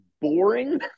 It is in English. boring